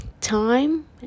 time